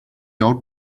old